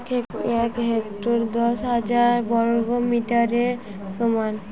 এক হেক্টর দশ হাজার বর্গমিটারের সমান